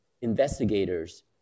investigators